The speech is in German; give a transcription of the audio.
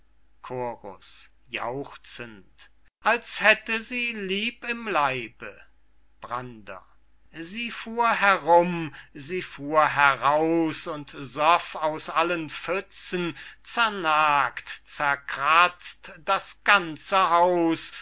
jauchzend als hätte sie lieb im leibe brander sie fuhr herum sie fuhr heraus und soff aus allen pfützen zernagt zerkratzt das ganze haus